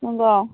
नंगौ